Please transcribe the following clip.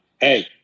Hey